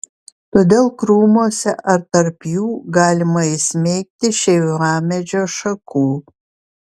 todėl krūmuose ar tarp jų galima įsmeigti šeivamedžio šakų